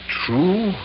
true